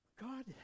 God